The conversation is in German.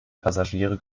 passagiere